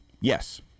yes